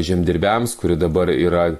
žemdirbiams kuri dabar yra